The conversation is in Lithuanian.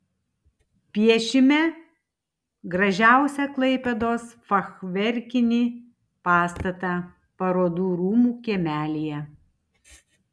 piešime gražiausią klaipėdos fachverkinį pastatą parodų rūmų kiemelyje